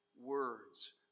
words